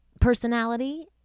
personality